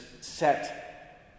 set